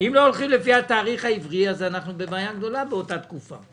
אם לא הולכים לפי התאריך העברי אז אנחנו בבעיה גדולה באותה תקופה.